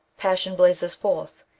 passion blazes forth,